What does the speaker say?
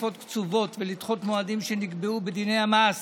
תקופות קצובות ולדחות מועדים שנקבעו בדיני המס